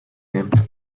nehmen